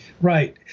Right